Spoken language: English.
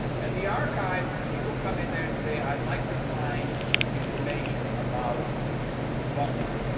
and the archive people come in there and say, i'd like to find information about someone.